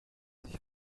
sich